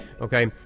Okay